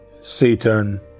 Satan